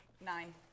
Nine